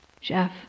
Jeff